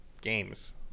games